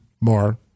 more